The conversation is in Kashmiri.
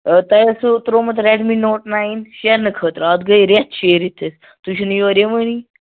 آ تۄہہِ ٲسوٕ ترٛوومُت ریڈ می نوٹ نایِن شیرنہٕ خٲطرٕ اَتھ گٔے رٮ۪تھ شیٖرِتھ تہِ تُہۍ چھِو نہٕ یور یِوانٕے